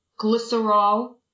glycerol